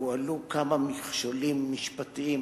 הועלו כמה מכשולים משפטיים,